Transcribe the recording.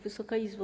Wysoka Izbo!